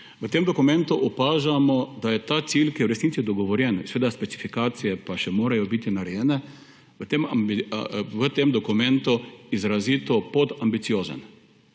V tem dokumentu opažamo, da je ta cilj, ki je v resnici dogovorjen, seveda, specifikacije pa še morajo biti narejene, v tem dokumentu izrazito podambiciozen.